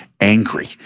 angry